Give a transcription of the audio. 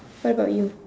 what about you